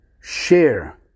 share